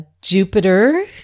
Jupiter